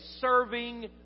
serving